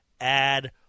add